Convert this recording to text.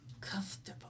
comfortable